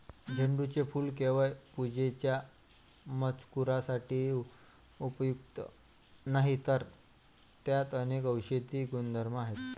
झेंडूचे फूल केवळ पूजेच्या मजकुरासाठी उपयुक्त नाही, तर त्यात अनेक औषधी गुणधर्म आहेत